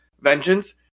Vengeance